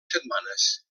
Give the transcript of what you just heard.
setmanes